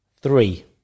three